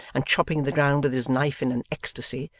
and chopping the ground with his knife in an ecstasy,